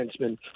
defenseman